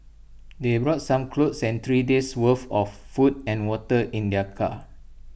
they brought some clothes and three days' worth of food and water in their car